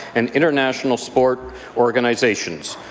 and international sport organizations.